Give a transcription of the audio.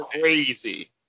crazy